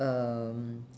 um